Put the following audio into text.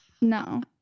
No